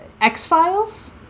X-Files